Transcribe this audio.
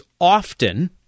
often